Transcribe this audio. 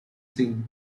seen